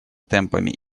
темпами